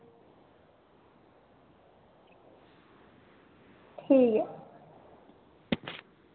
ठीक ऐ